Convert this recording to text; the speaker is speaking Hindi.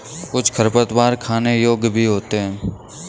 कुछ खरपतवार खाने योग्य भी होते हैं